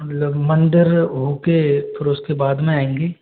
मतलब मंदिर हो के फिर उसके बाद में आएंगे